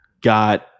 got